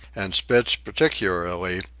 and spitz particularly,